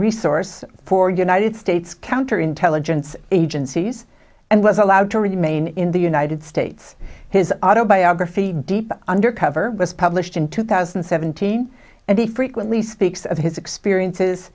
resource for united states counter intelligence agencies and was allowed to remain in the united states his autobiography deep undercover was published in two thousand and seventeen and he frequently speaks of his experiences